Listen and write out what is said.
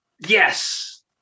Yes